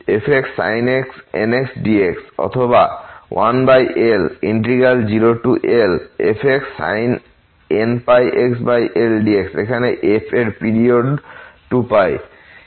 সুতরাং আমাদের bn102πfxsin nx dx অথবা 1L02Lfxsin nxπL dx এখানে f এর পিরিওড 2π